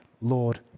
Lord